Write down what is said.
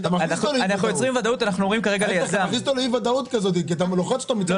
אתה מכניס אותו לאי ודאות כי אתה לוחץ אותו.